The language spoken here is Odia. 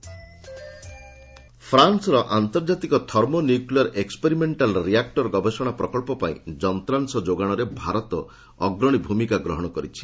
ଆଇଟିଇଆର୍ ଇଣ୍ଡିଆ ଫ୍ରାନ୍ନର ଆନ୍ତର୍ଜାତିକ ଥର୍ମୋ ନିଉକ୍ଲିୟର୍ ଏକ୍ସପେରିମେଣ୍ଟାଲ୍ ରିଆକ୍ଟର ଗବେଷଣା ପ୍ରକଳ୍ପ ପାଇଁ ଯନ୍ତ୍ରାଂଶ ଯୋଗାଣରେ ଭାରତ ଅଗ୍ରଣୀ ଭୂମିକା ଗ୍ରହଣ କରିଛି